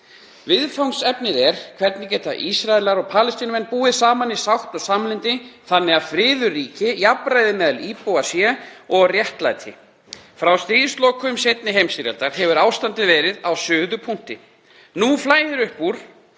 Viðfangsefnið er hvernig Ísraelar og Palestínumenn geta búa saman í sátt og samlyndi þannig að friður ríki, jafnræði sé meðal íbúa og réttlæti. Frá lokum seinni heimsstyrjaldar hefur ástandið verið á suðupunkti. Nú flæðir upp úr